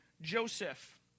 Joseph